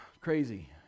Crazy